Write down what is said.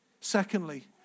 Secondly